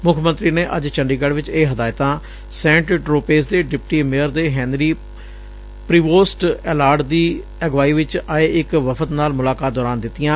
ਮੁੱਖ ਮੰਤਰੀ ਨੇ ਅੱਜ ਚੰਡੀਗੜ੍ ਚ ਇਹ ਹਦਾਇਤਾਂ ਸੈਂਟ ਟ੍ਰੋਪੇਜ਼ ਦੇ ਡਿਪਟੀ ਮੇਅਰ ਦੇ ਹੈਨਰੀ ਪ੍ੀਵੋਸਟ ਐਲਾਰਡ ਦੀ ਅਗਵਾਈ ਵਿੱਚ ਆਏ ਇਕ ਵਫ਼ਦ ਨਾਲ ਮੁਲਾਕਾਤ ਦੌਰਾਨ ਦਿੱਤੀਆਂ